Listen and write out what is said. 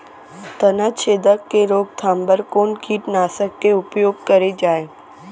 तनाछेदक के रोकथाम बर कोन कीटनाशक के उपयोग करे जाये?